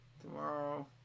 tomorrow